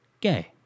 Gay